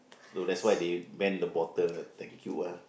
so that's why they ban the bottle thank you ah